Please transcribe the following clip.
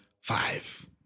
five